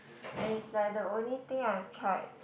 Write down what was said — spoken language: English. it's like the only thing I have tried